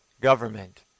government